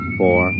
four